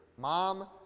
Mom